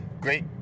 great